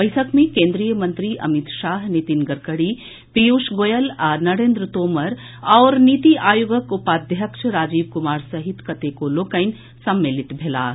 बैसक मे केन्द्रीय मंत्री अमित शाह नितिन गडकड़ी पीयूष गोयल आ नरेन्द्र तोमर आओर नीति आयोगक उपाध्यक्ष राजीव कुमार सहित कतेको लोकनि सम्मिलित भेलाह